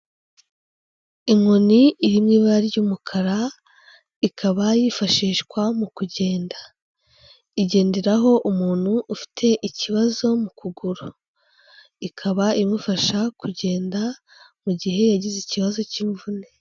Inkoni iri mu ibara ry'umukara ikaba yifashishwa mu kugenda, igenderaho umuntu ufite ikibazo mu kuguru, ikaba imufasha kugenda mu gihe yagize ikibazo cy'imvune.